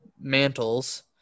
mantles